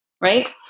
right